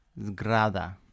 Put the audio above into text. Zgrada